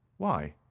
why?